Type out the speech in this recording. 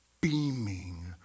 beaming